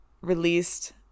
released